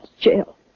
Jail